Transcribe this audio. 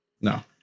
No